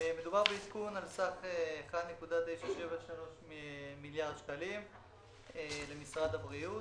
מדובר בעדכון על סך 1.973 מיליארד שקלים למשרד הבריאות